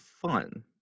fun